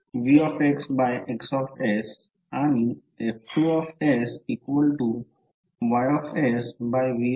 तर F1 VX आणि F2 YV